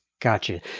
Gotcha